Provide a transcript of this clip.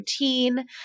routine